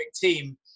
team